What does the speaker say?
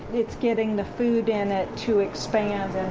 it's getting the food in it to expand and